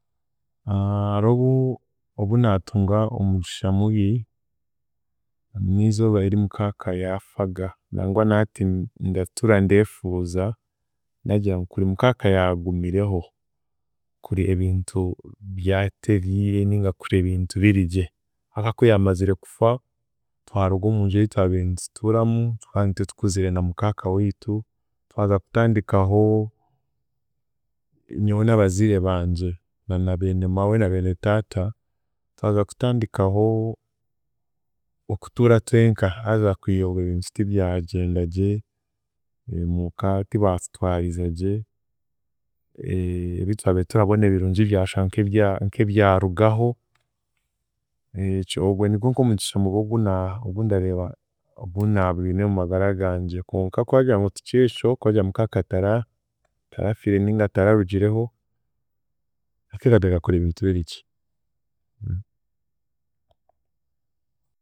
hariho obu- obunaatunga omugisha mubi, n'izooba eri mukaaka yaafaga, nangwa na hati ni- ndatuura ndefuuza ndagira ngu kuri mukaaka yaagumireho, kuri ebintu byateriire ninga kuri ebintu birigye ahaku kuyamazire kufa twaruga omunju ei twabiire nitutuuramu tuka niitwe tukuzire na mukaaka wiitu, twaza kutandikaho nyowe n'abaziire bangye na na biine mawe na beene taata twaza kutandikaho okutuura twenka, haza kwiha obwe ebintu tibyagyendagye, omuka tibatutwarizagye ebitwabire turabona ebirungi byashwa nk'ebya nk'ebyarugaho ekyo ogwe nigwe nk’omugisha mubi ogu na- ogundareeba ogunaabwine mu magara gangye, konka koragira ngu tikyekyo koogire ngu mukaaka tara tarafiire ninga tararugireho, kuri ebintu birigye.